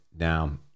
now